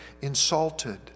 insulted